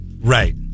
Right